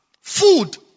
Food